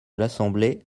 l’assemblée